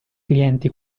clienti